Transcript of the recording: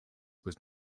was